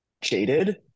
jaded